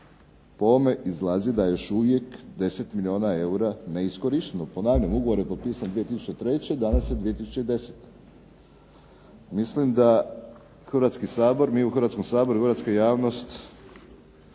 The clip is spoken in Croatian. Po ovome izlazi da je još uvijek 10 milijuna eura neiskorišteno. Ponavljam ugovore je potpisan 2003. Danas je 2010. Mislim da Hrvatski sabor, mi u Hrvatskom saboru europska javnost